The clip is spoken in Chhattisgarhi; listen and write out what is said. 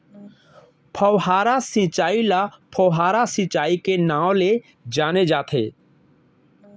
फव्हारा सिंचई ल फोहारा सिंचई के नाँव ले जाने जाथे